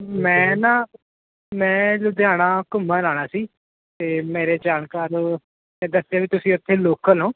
ਮੈਂ ਨਾ ਮੈਂ ਲੁਧਿਆਣਾ ਘੁੰਮਣ ਆਉਣਾ ਸੀ ਅਤੇ ਮੇਰੇ ਜਾਣਕਾਰ ਨੇ ਦੱਸਿਆ ਵੀ ਤੁਸੀਂ ਉੱਥੇ ਲੋਕਲ ਹੋ